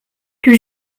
que